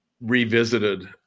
revisited